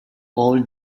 old